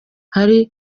harimo